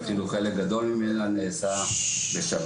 אפילו חלק גדול ממנה, נעשה בשבת.